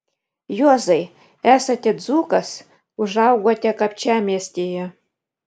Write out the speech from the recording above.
juozai esate dzūkas užaugote kapčiamiestyje